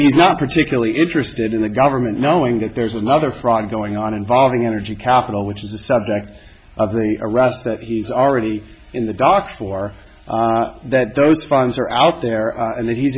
he's not particularly interested in the government knowing that there's another fraud going on involving energy capital which is the subject of the arrest that he's already in the dock for that those funds are out there and that he